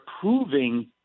proving